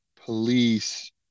police